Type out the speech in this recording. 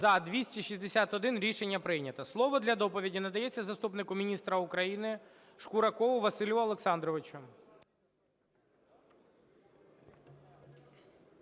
За-261 Рішення прийнято. Слово для доповіді надається заступнику міністра України Шкуракову Василю Олександровичу.